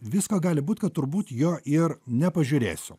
visko gali būt kad turbūt jo ir nepažiūrėsiu